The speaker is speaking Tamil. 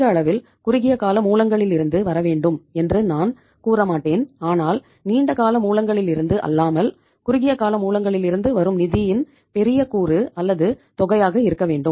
அதிக அளவில் குறுகியகால மூலங்களிலிருந்து வரவேண்டும் என்று நான் கூறமாட்டேன் ஆனால் நீண்ட கால மூலங்களிலிருந்து அல்லாமல் குறுகிய கால மூலங்களிலிருந்து வரும் நிதியின் பெரிய கூறு அல்லது தொகையாக இருக்க வேண்டும்